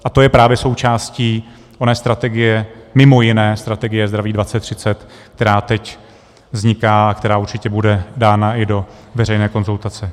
A to je právě součástí oné strategie, mimo jiné strategie Zdraví 2030, která teď vzniká a která určitě bude dána i do veřejné konzultace.